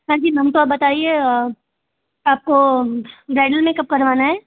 हाँ जी हमको आप बताइए आपको ब्राइडल मेकअप करवाना है